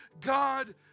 God